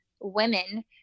women